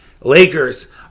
Lakers